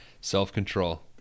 Self-control